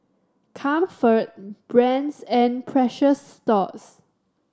Comfort Brand's and Precious Thots